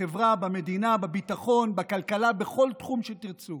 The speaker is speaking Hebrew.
בחברה, במדינה, בביטחון, בכלכלה, בכל תחום שתרצו.